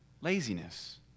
laziness